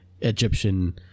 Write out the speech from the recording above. Egyptian